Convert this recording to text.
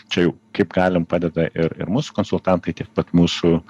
čia jau kaip galim padeda ir ir mūsų konsultantai tiek pat mūsų